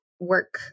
work